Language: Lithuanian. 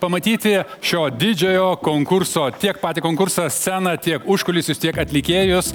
pamatyti šio didžiojo konkurso tiek patį konkursą sceną tiek užkulisius tiek atlikėjus